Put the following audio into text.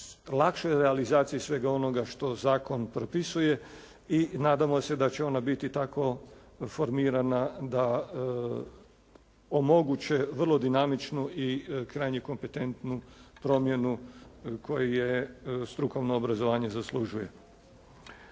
lakšoj realizaciji svega onoga što zakon propisuje i nadamo se da će ona biti tako formirana da omoguće vrlo dinamičnu i krajnje kompetentnu promjenu koju strukovno obrazovanje zaslužuje.